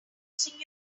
using